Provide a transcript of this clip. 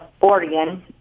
Oregon